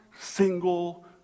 single